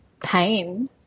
pain